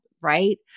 Right